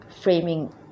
framing